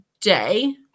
day